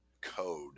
code